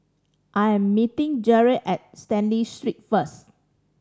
I am meeting Jere at Stanley Street first